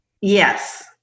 Yes